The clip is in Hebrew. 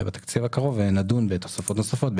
ובתקציב הקרוב נדון בתוספות נוספות,